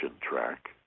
track